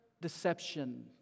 deception